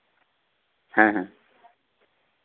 ᱦᱮᱸ